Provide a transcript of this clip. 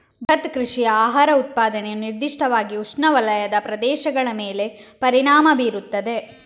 ಬೃಹತ್ ಕೃಷಿಯ ಆಹಾರ ಉತ್ಪಾದನೆಯು ನಿರ್ದಿಷ್ಟವಾಗಿ ಉಷ್ಣವಲಯದ ಪ್ರದೇಶಗಳ ಮೇಲೆ ಪರಿಣಾಮ ಬೀರುತ್ತದೆ